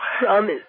Promise